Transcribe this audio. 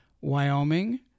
Wyoming